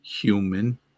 human